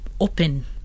open